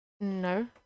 No